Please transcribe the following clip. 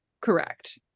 Correct